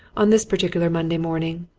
on this particular monday morning,